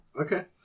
Okay